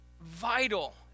vital